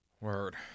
Word